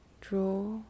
draw